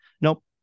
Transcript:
Nope